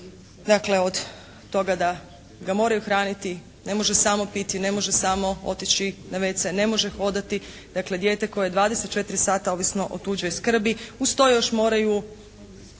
dakle od toga da ga moraju hraniti, ne može samo piti, ne može samo otići na WC, ne može hodati, dakle dijete koje je 24 sata ovisno o tuđoj skrbi. Uz to još moraju